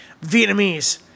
Vietnamese